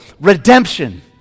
Redemption